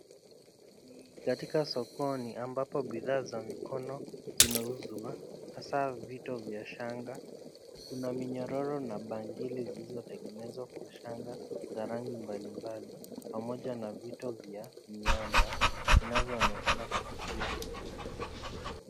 Katika sokoni ambapo bidhaa za mikono zinauzwa hasaa vito vya shanga, Kuna minyororo na bangili zilizotengenezwa kwa shanga za rangi mbalimbali, pamoja na vito vya miamba vinavyoonekana kuvutia sana.